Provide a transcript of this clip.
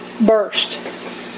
burst